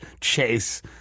chase